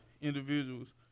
individuals